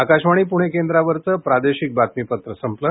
आकाशवाणी प्रणे केंद्रावरचं प्रादेशिक बातमीपत्र संपलं